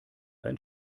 ein